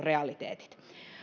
realiteetit